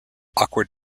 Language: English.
awkward